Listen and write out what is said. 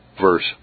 verse